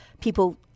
people